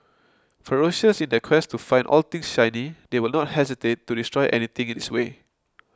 ferocious in their quest to find all things shiny they will not hesitate to destroy anything in its way